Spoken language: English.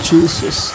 Jesus